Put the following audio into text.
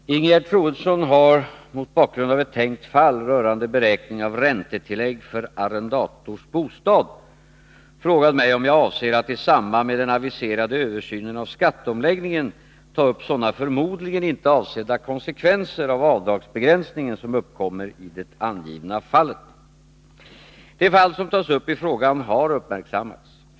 Herr talman! Ingegerd Troedsson har — mot bakgrund av ett tänkt fall rörande beräkning av räntetillägg för arrendators bostad — frågat mig om jag avser att i samband med den aviserade översynen av skatteomläggningen ta upp sådana förmodligen inte avsedda konsekvenser av avdragsbegränsningen som uppkommer i det angivna fallet. Det fall som tas upp i frågan har uppmärksammats.